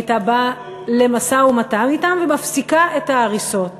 הייתה באה למשא-ומתן אתם ומפסיקה את ההריסות